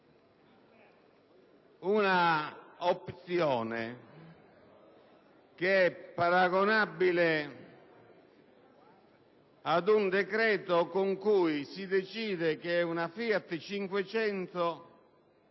un'opzione paragonabile ad un decreto con cui si decide che una FIAT 500